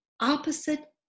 opposite